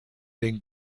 den